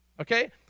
okay